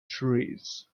trees